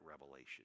revelation